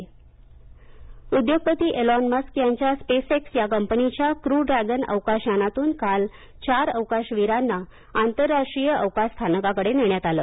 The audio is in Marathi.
नासा स्पेसएक्स उद्योगपती एलॉन मस्क यांच्या स्पेसएक्स या कंपनीच्या क्रू ड्रॅगन अवकाश यानातून काल चार अवकाशवीरांना आंतरराष्ट्रीय अवकाश स्थानकाकडं नेण्यात आलं